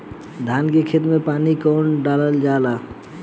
धान के खेत मे पानी कब डालल जा ला?